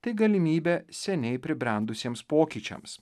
tai galimybė seniai pribrendusiems pokyčiams